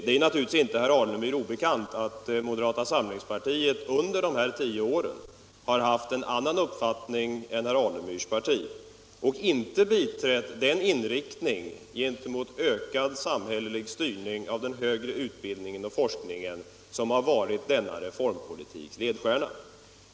Det är naturligtvis inte herr Alemyr obekant att moderata samlingspartiet under dessa tio år haft en annan uppfattning än herr Alemyrs parti och inte förordat den inriktning mot ökad samhällelig styrning av den högre utbildningen och forskningen som varit denna reformpolitiks ledstjärna.